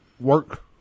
work